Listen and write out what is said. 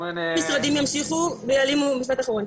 משפט אחרון,